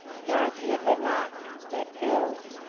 dorothy had remarked that girls,